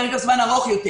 פרק הזמן ארוך יותר.